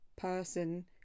person